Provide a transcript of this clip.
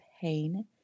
pain